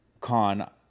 Con